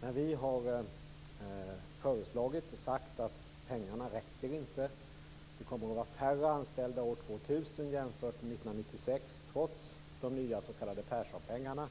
När vi har sagt att pengarna inte räcker, att det kommer att vara färre anställda år 2000 än 1996, trots de nya s.k. Perssonpengarna,